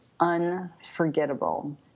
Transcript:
Unforgettable